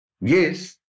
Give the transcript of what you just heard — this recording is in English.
Yes